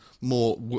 more